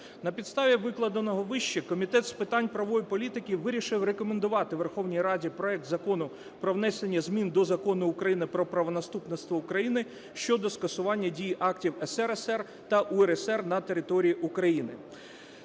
На підставі викладеного вище Комітет з питань правової політики вирішив рекомендувати Верховній Раді проект Закону про внесення змін до Закону України "Про правонаступництво України" щодо скасування дії актів СРСР та УРСР на території України